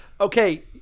Okay